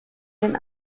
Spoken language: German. den